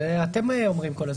זה אתם אומרים כל הזמן.